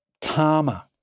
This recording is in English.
Tama